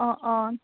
অঁ অঁ